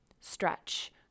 stretch